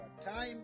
time